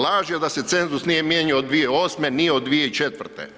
Laž je da se cenzus nije mijenjao od 2008.nije od 2004.